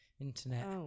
internet